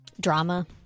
drama